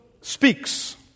speaks